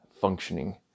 functioning